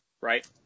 right